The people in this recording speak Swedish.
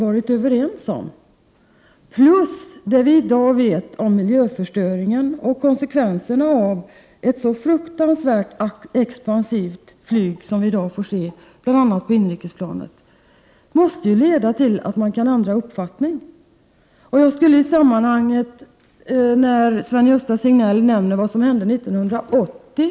Vidare hänvisade jag till det som vi i dag vet om miljöförstöringen och konsekvenserna av ett så oerhört expansivt flyg som vi i dag kan se, bl.a. inom inrikesflyget. Detta måste ju leda till att man kan ändra uppfattning. Sven-Gösta Signell nämner vad som hände 1980.